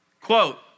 quote